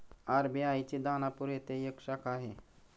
RBI ची दानापूर येथे एक शाखा आहे